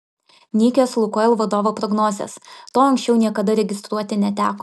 nykios lukoil vadovo prognozės to anksčiau niekada registruoti neteko